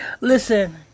Listen